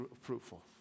fruitful